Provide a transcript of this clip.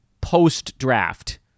post-draft